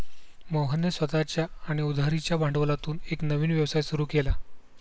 मोहनने स्वतःच्या आणि उधारीच्या भांडवलातून एक नवीन व्यवसाय सुरू केला